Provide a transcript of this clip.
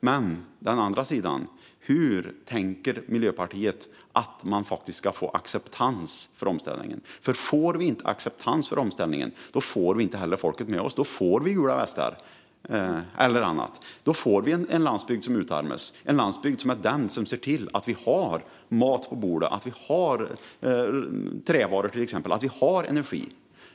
Men sedan har vi den andra sidan: Hur tänker Miljöpartiet att man ska få acceptans för omställningen? Får vi inte acceptans för omställningen får vi inte heller folket med oss. Då får vi gula västar eller annat. Då får vi en landsbygd som utarmas, den landsbygd som ser till att vi har mat på bordet, att vi har exempelvis trävaror och att vi har energi.